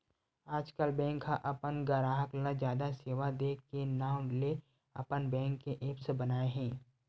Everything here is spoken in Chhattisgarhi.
आजकल बेंक ह अपन गराहक ल जादा सेवा दे के नांव ले अपन बेंक के ऐप्स बनाए हे